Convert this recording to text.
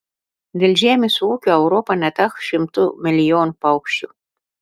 dėl žemės ūkio europa neteko šimtų milijonų paukščių